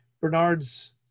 Bernard's